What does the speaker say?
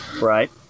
Right